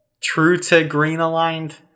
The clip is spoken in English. true-to-green-aligned